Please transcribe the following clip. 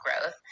growth